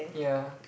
ya